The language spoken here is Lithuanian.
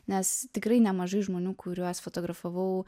nes tikrai nemažai žmonių kuriuos fotografavau